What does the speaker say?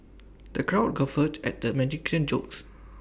the crowd guffawed at the jokes